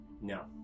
No